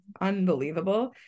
unbelievable